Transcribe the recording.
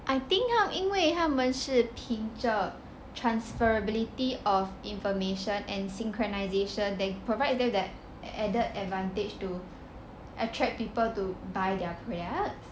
I think 因为他们是凭着 transferability of information and synchronisation they provide that added advantage to attract people to buy their products there